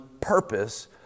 purpose